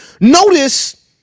Notice